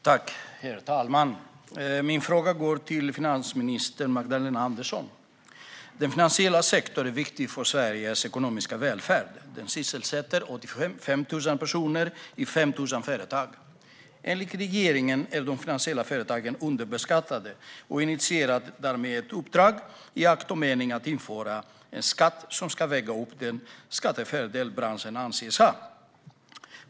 Herr talman! Min fråga går till finansminister Magdalena Andersson. Den finansiella sektorn är viktig för Sveriges ekonomiska välfärd. Den sysselsätter 85 000 personer i 5 000 företag. Enligt regeringen är de finansiella företagen underbeskattade, och den initierar därför ett uppdrag i akt och mening att införa en skatt som ska väga upp den skattefördel som branschen anses ha.